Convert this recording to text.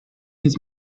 his